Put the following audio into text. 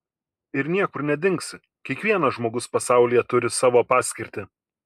ir niekur nedingsi kiekvienas žmogus pasaulyje turi savo paskirtį